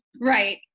right